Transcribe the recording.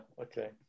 okay